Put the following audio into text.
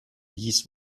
ließ